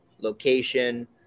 location